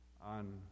on